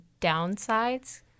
downsides